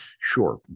Sure